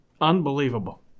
Unbelievable